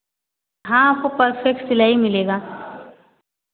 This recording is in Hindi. हाँ आपको परफेक्ट सिलाई मिलेगा